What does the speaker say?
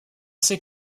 ces